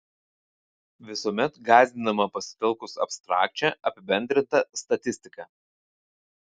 visuomet gąsdinama pasitelkus abstrakčią apibendrintą statistiką